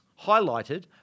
highlighted